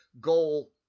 goal